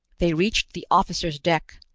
they reached the officer's deck,